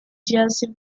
jersey